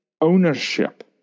ownership